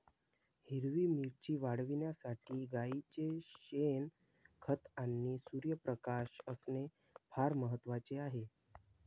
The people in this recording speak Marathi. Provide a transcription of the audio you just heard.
हिरवी मिरची वाढविण्यासाठी गाईचे शेण, खत आणि सूर्यप्रकाश असणे फार महत्वाचे आहे